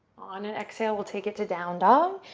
on an exhale, we'll take it to down dog.